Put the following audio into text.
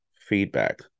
feedback